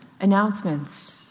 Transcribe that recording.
announcements